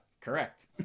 Correct